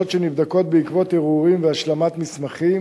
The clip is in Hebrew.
שנבדקות בעקבות ערעורים והשלמת מסמכים,